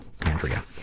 Andrea